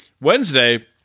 Wednesday